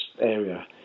area